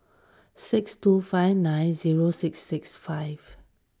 six two five nine zero six six five